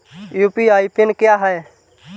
UPI PIN क्या है?